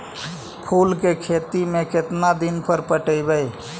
फूल के खेती में केतना दिन पर पटइबै?